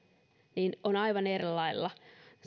niin on aivan erilaista